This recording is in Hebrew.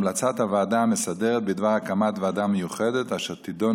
המלצת הוועדה המסדרת בדבר הקמת ועדה מיוחדת אשר תדון